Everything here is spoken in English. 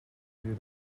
you